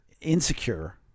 insecure